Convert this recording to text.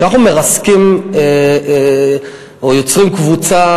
כשאנחנו מרסקים או יוצרים קבוצה,